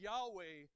Yahweh